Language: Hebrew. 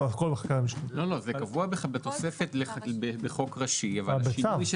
זה קבוע בתוספת בחוק ראשי אבל אישור